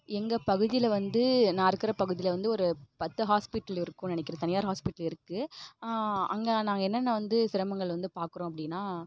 எங்கள் பகுதியில் வந்து நான் இருக்கிற பகுதியில் வந்து ஒரு பத்து ஹாஸ்பிட்டல் இருக்கும் நினைக்கிறேன் தனியார் ஹாஸ்பிட்லு இருக்குது அங்கே நாங்கள் என்னென்ன வந்து சிரமங்கள் வந்து பார்க்கறோம் அப்படின்னா